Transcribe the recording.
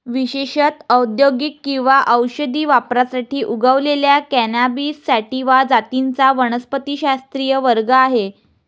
विशेषत औद्योगिक किंवा औषधी वापरासाठी उगवलेल्या कॅनॅबिस सॅटिवा जातींचा वनस्पतिशास्त्रीय वर्ग आहे